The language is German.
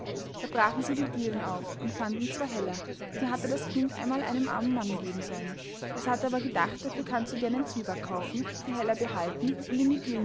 da brachen sie die dielen auf und fanden zwei heller die hatte das kind einmal einem armen mann geben sollen es hatte aber gedacht dafür kannst du dir einen zwieback kaufen die heller behalten und in